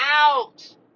out